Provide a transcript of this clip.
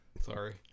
Sorry